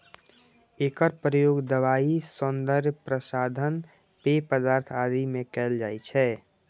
एकर प्रयोग दवाइ, सौंदर्य प्रसाधन, पेय पदार्थ आदि मे कैल जाइ छै